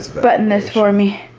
button this for me,